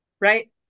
Right